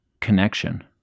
connection